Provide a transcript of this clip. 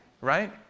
Right